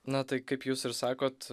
na tai kaip jūs ir sakot